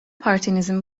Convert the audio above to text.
partinizin